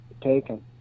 taken